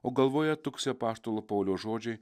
o galvoje tuksi apaštalo pauliaus žodžiai